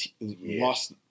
lost